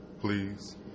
please